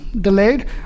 delayed